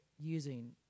using